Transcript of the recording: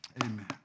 Amen